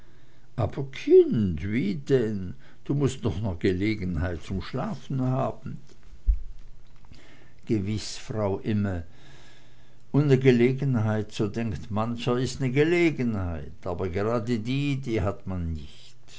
denn du mußt doch ne gelegenheit zum schlafen haben gewiß frau imme und ne gelegenheit so denkt mancher is ne gelegenheit aber gerade die die hat man nich